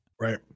Right